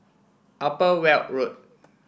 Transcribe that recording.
Upper Weld Road